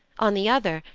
on the other,